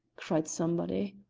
cried somebody.